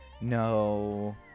No